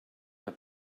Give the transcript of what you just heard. der